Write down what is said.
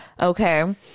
Okay